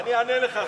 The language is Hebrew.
אני אענה לך.